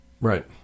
Right